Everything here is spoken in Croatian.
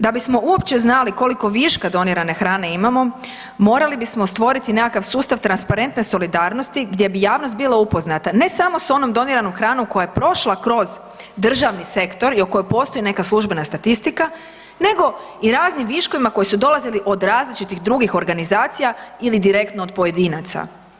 Da bismo uopće znali koliko viška donirane hrane imamo morali bismo stvoriti nekakav sustav transparentne solidarnosti gdje bi javnost bila upoznata ne samo sa onom doniranom hranom koja je prošla kroz državni sektor i o kojoj postoji neka službena statistika, nego i raznim viškovima koji su dolazili od različitih drugih organizacija ili direktno od pojedinaca.